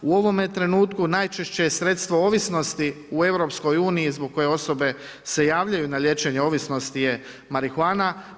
U ovome trenutku najčešće sredstvo ovisnosti u EU-u zbog koje osobe se javljaju na liječenje ovisnosti je marihuana.